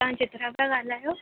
तव्हां चित्रा पिया ॻाल्हायो